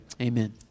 Amen